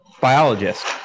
biologist